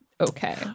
okay